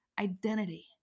identity